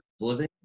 living